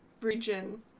region